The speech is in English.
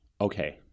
okay